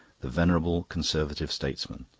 the venerable conservative statesman,